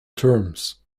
terms